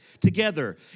together